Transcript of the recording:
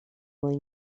mwy